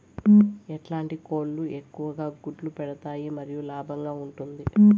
ఎట్లాంటి కోళ్ళు ఎక్కువగా గుడ్లు పెడతాయి మరియు లాభంగా ఉంటుంది?